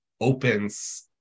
opens